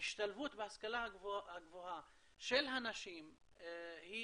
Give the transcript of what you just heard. ההשתלבות בהשכלה הגבוהה של הנשים היא